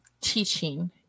teaching